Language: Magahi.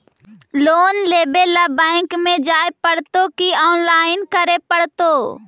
लोन लेवे ल बैंक में जाय पड़तै कि औनलाइन करे पड़तै?